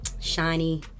shiny